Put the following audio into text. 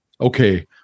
okay